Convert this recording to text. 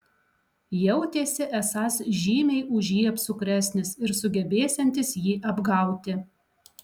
jautėsi esąs žymiai už jį apsukresnis ir sugebėsiantis jį apgauti